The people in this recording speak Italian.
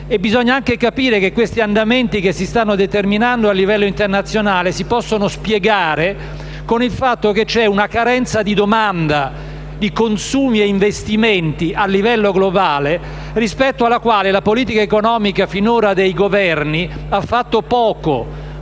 Bisogna anche capire che gli andamenti che si stanno determinando a livello internazionale si possono spiegare con il fatto che c'è una carenza di domanda di consumi ed investimenti a livello globale, rispetto alla quale la politica economica dei Governi finora ha fatto molto